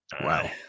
Wow